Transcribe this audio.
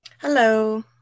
Hello